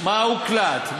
מה הוקלט,